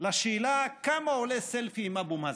השאלה כמה עולה סלפי עם אבו מאזן.